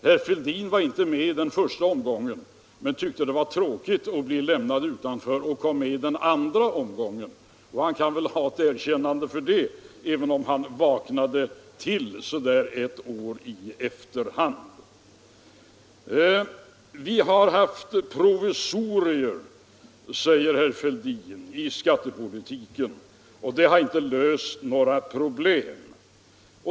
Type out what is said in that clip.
Herr Fälldin var inte med i den första omgången, men han tyckte att det var tråkigt att bli lämnad utanför och kom med i den andra. Han kan få ett erkännande för detta, även om han vaknade till så där ett år i efterhand. Vi har haft provisorier inom skattepolitiken, säger herr Fälldin, och de har inte löst några problem.